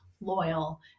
loyal